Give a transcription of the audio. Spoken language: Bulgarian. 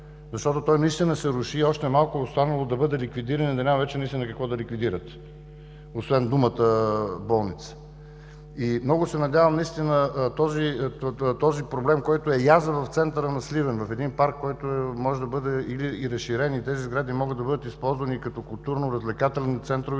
защото той наистина се руши и още малко е останало да бъде ликвидиран, да няма вече какво да ликвидират, освен думата „болница“. Много се надявам този проблем, който е язва в центъра на Сливен – в един парк, който може да бъде разширен и тези сгради да бъдат използвани като културно-развлекателни центрове